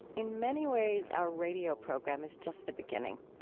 in many ways, our radio program is just the beginning.